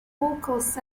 vocals